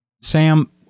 Sam